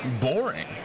boring